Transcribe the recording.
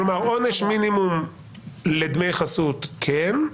כלומר, עונש מינימום לדמי חסות - כן.